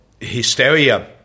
hysteria